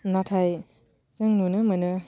नाथाय जों नुनो मोनो